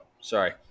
Sorry